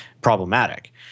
problematic